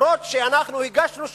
אפילו שאנחנו הגשנו שאילתות,